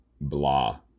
blah